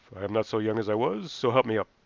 i am not so young as i was, so help me up.